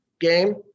game